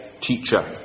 teacher